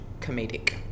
comedic